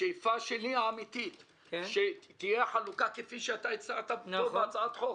השאיפה האמיתית שלי היא שהחלוקה תהיה כפי שאתה הצעת פה בהצעת החוק.